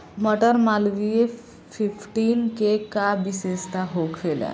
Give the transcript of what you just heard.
मटर मालवीय फिफ्टीन के का विशेषता होखेला?